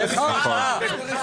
בבוקר.